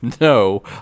no